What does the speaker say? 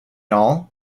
all